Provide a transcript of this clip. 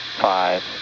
five